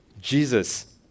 Jesus